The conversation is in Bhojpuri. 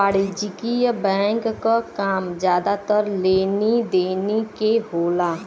वाणिज्यिक बैंक क काम जादातर लेनी देनी के होला